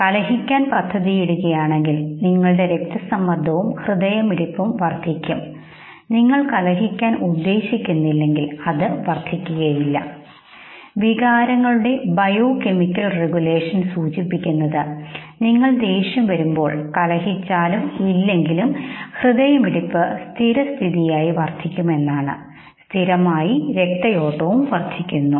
നിങ്ങൾ കലഹിക്കാൻ പദ്ധതിയിടുകയാണെങ്കിൽ നിങ്ങളുടെ രക്തസമ്മർദ്ദവും ഹൃദയമിടിപ്പും വർദ്ധിക്കും നിങ്ങൾ കലഹിക്കാൻ ഉദ്ദേശിക്കുന്നില്ലെങ്കിൽ അത് വർധിക്കുകയില്ല വികാരങ്ങളുടെ ബയോകെമിക്കൽ റെഗുലേഷൻ സൂചിപ്പിക്കുന്നത് നിങ്ങൾ ദേഷ്യം വരുമ്പോൾ കലഹിച്ചാലും ഇല്ലെങ്കിലും ഹൃദയമിടിപ്പ് സ്ഥിരസ്ഥിതിയായി വർദ്ധിക്കുമെന്നാണ് സ്ഥിരമായി രക്തയോട്ടവും വർദ്ധിക്കും